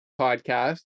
podcast